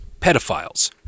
pedophiles